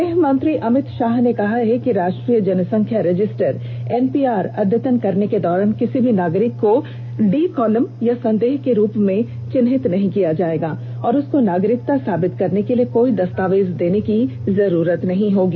गृह मंत्री अमित शाह ने कहा है कि राष्ट्रीय जनसंख्या रजिस्टर एनपीआर अद्यतन करने के दौरान किसी भी नागरिक को डी या संदेह के रूप में चिन्हित नहीं किया जाएगा और उसको नागरिकता साबित करने के लिए कोई दस्तावेज देने की जरूरत नहीं होगी